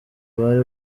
bari